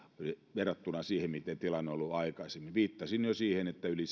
verrattuna siihen miten tilanne on ollut aikaisemmin viittasin jo siihen että yli